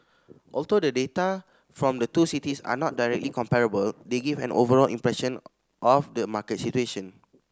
although the data from the two cities are not directly comparable they give an overall impression of the market situation